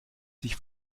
sich